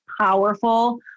powerful